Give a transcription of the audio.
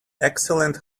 excellent